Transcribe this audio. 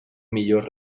millors